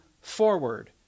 forward